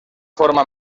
forma